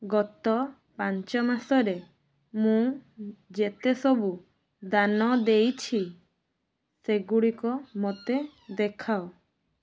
ଗତ ପାଞ୍ଚ ମାସରେ ମୁଁ ଯେତେ ସବୁ ଦାନ ଦେଇଛି ସେଗୁଡ଼ିକ ମୋତେ ଦେଖାଅ